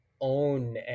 own